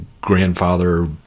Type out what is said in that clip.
grandfather